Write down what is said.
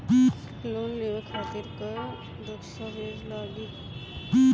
Loan लेवे खातिर का का दस्तावेज लागी?